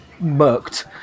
murked